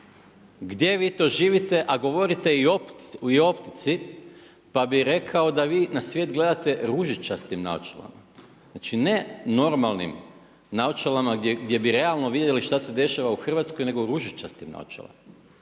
Gdje vi to živite a govorite i o optici, pa bi rekao da vi na svijet gledate ružičastim naočalama, znači ne normalnim naočalama gdje bi realno vidjeli šta se dešava u Hrvatskoj, nego u ružičastim naočalama.